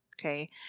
Okay